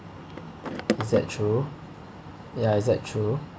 is that true ya is that true